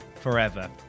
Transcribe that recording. forever